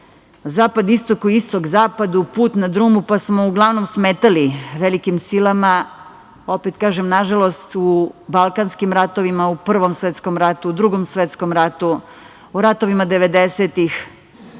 zapad-istok, istok-zapadu, put na drumu, pa smo uglavnom smetali velikim silama, opet kažem, nažalost, u Balkanskim ratovima, u Prvom svetskom ratu, u Drugom svetskom ratu, u ratovima